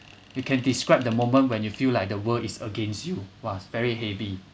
you can describe the moment when you feel like the world is against you !wah! very heavy